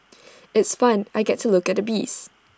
it's fun I get to look at the bees